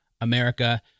America